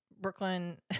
Brooklyn